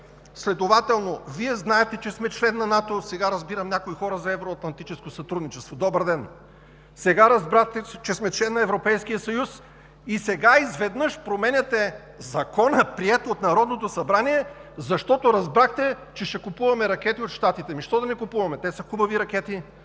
Следователно Вие знаете, че сме член на НАТО, сега разбират някои хора – за евроатлантическо сътрудничество. Добър ден! Сега разбрахте, че сме член на Европейския съюз! И сега изведнъж променяте Закона, приет от Народното събрание, защото разбрахте, че ще купуваме ракети от Щатите! Ами защо да не купуваме? Те са хубави ракети.